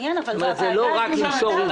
זה לא רק למסור עובדות.